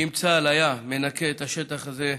כי אם צה"ל היה מנקה את השטח הזה,